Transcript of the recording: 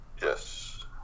Yes